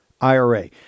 IRA